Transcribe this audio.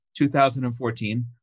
2014